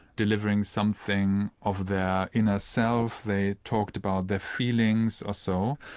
delivering something of their inner self. they talked about their feelings or so,